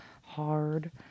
hard